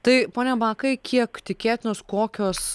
tai pone bakai kiek tikėtinos kokios